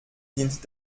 dient